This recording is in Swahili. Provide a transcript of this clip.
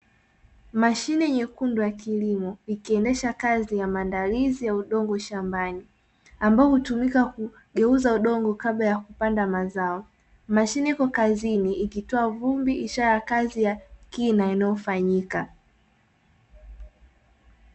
Mashine nyekundu ya kilimo, ikiendesha kazi ya maandalizi ya udongo shambani, ambayo hutumika kugeuza udongo kabla ya kupanda mazao, mashine ipo kazini ikitoa vumbi ishara ya kazi ya kina inayofanyika.